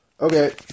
Okay